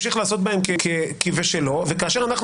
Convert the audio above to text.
ימשיך לעשות בהם כבשלו וכאשר אנחנו